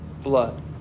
blood